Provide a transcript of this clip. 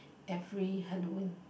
and free Halloween